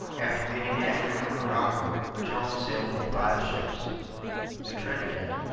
after getting injured in morocco, magellan sailed with five ships the trinidad,